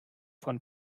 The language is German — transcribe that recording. von